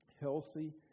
healthy